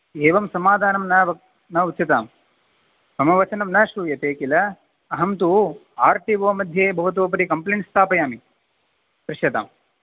एवं समाधानं न वक् न उच्यताम् मम वचनं न श्रूयते किल अहं तु आर् टि ओ मध्ये भवतः उपरि कम्प्लेण्ट् स्थापयामि पश्यतां